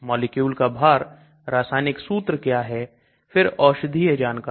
molecule का भार रासायनिक सूत्र क्या है फिर औषधीय जानकारी